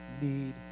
need